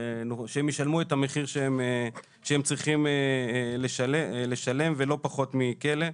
ושהם ישלמו את המחיר שהם צריכים לשלם ולא פחות מכלא.